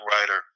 writer